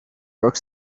work